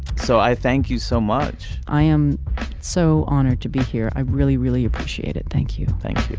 so i thank you so much. i am so honored to be here i really really appreciate it. thank you. thank you